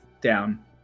down